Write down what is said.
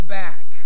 back